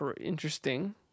interesting